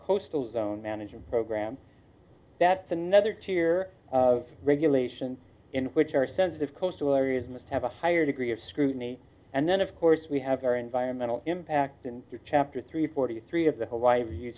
coastal zone management program that's another tier of regulation in which our sensitive coastal areas must have a higher degree of scrutiny and then of course we have our environmental impact in chapter three forty three of the hawaii